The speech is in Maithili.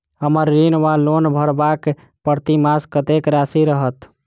हम्मर ऋण वा लोन भरबाक प्रतिमास कत्तेक राशि रहत?